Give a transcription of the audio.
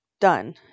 done